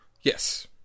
Yes